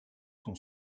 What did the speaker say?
son